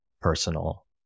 personal